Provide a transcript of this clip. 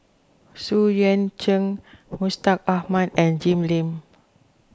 Xu Yuan Zhen Mustaq Ahmad and Jim Lim